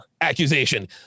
accusation